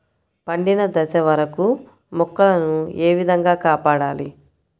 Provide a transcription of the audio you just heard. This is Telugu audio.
పండిన దశ వరకు మొక్కల ను ఏ విధంగా కాపాడాలి?